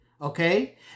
Okay